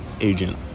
agent